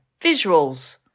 visuals